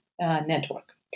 Network